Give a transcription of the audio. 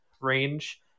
range